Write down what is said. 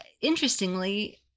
interestingly